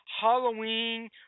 Halloween